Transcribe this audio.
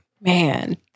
Man